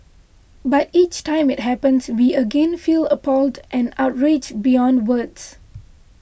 but each time it happens we again feel appalled and outraged beyond words